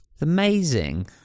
amazing